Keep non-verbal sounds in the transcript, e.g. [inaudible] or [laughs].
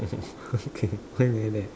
[laughs] okay why like that